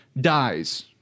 dies